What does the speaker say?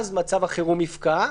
מצב החירום יפקע.